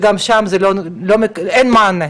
גם שם אין לזה מענה,